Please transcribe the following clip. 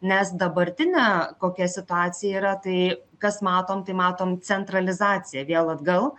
nes dabartine kokia situacija yra tai kas matom tai matom centralizaciją vėl atgal